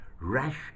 Rash